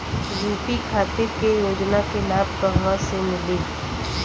UP खातिर के योजना के लाभ कहवा से मिली?